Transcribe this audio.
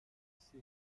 city